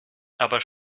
aber